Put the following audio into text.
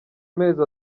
mezi